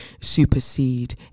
supersede